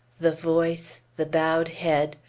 the voice, the bowed head,